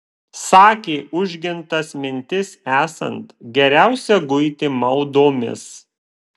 sakė užgintas mintis esant geriausia guiti maldomis